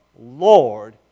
Lord